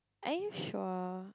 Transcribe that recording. are you sure